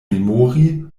memori